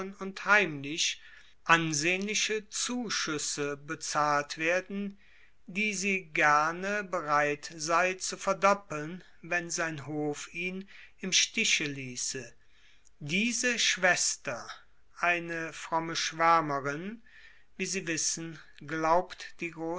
und heimlich ansehnliche zuschüsse bezahlt werden die sie gerne bereit sei zu verdoppeln wenn sein hof ihn im stiche ließe diese schwester eine fromme schwärmerin wie sie wissen glaubt die